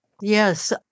Yes